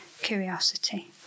curiosity